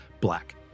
black